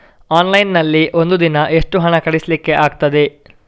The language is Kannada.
ಆನ್ಲೈನ್ ನಲ್ಲಿ ಒಂದು ದಿನ ಎಷ್ಟು ಹಣ ಕಳಿಸ್ಲಿಕ್ಕೆ ಆಗ್ತದೆ?